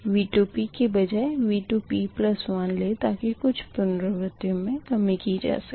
V2 की बजाए V2p1 लें ताकि कुछ पुनरवर्तियों मे कमी की जा सके